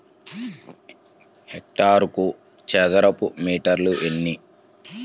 హెక్టారుకు చదరపు మీటర్లు ఎన్ని?